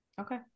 Okay